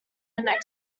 failure